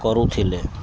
କରୁଥିଲେ